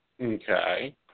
Okay